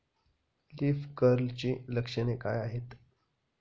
Leaf कर्लची लक्षणे काय आहेत?